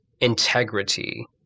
integrity